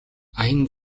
аян